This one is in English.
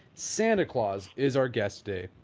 santa claus is our guest today,